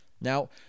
Now